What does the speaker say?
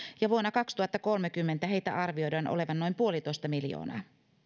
ja vuonna kaksituhattakolmekymmentä heitä arvioidaan olevan noin puolitoista miljoonaa